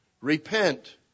Repent